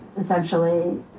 essentially